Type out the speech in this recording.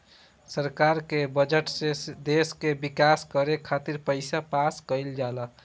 सरकार के बजट से देश के विकास करे खातिर पईसा पास कईल जाला